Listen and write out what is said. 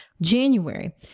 january